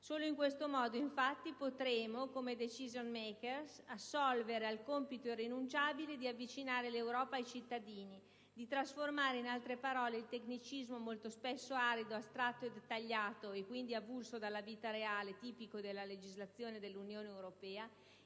Solo in questo modo, infatti, potremo come *decision maker* assolvere al compito irrinunciabile di avvicinare l'Europa ai cittadini, di trasformare, in altre parole, il tecnicismo molto spesso arido, astratto e dettagliato e, quindi, avulso dalla vita reale, tipico della legislazione dell'Unione europea,